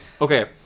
Okay